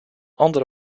andere